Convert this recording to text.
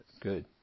good